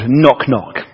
knock-knock